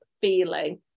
feeling